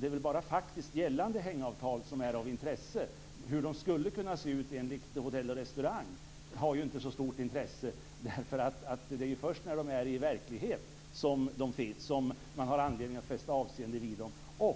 Det är väl bara faktiskt gällande hängavtal som är av intresse? Hur de skulle kunna se ut enligt Hotell och Restauranganställdas Förbund har inte så stort intresse. Det är först när de finns i verkligheten som det finns anledning att fästa avseende vid dem.